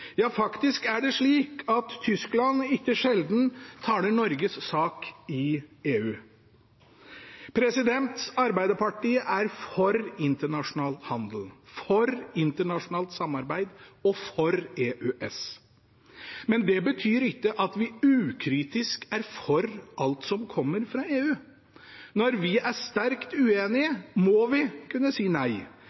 Ja, faktisk er det slik at Tyskland ikke sjelden taler Norges sak i EU. Arbeiderpartiet er for internasjonal handel, for internasjonalt samarbeid og for EØS. Men det betyr ikke at vi ukritisk er for alt som kommer fra EU. Når vi er sterkt uenige, må vi kunne si nei.